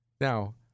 now